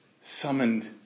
summoned